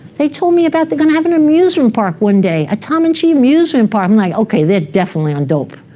they told me about the glenn avenue amusement park one day. a tom and chee amusement park. i'm like, okay, they're definitely on dope.